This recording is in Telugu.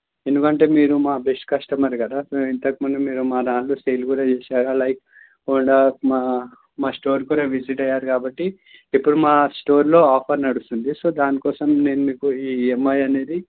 ఎందుకంటే మీరు మా బెస్ట్ కస్టమర్ కదా ఇంతకుముందు మీరు మా దాంట్లో సేల్ కూడా చేశారు లైక్ హోండా మా మా స్టోర్ కూడా విసిట్ అయ్యారు కాబట్టి ఇప్పుడు మా స్టోర్లో ఆఫర్ నడుస్తుంది సో దానికోసం నేను మీకు ఈ ఈఎంఐ అనేది